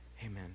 Amen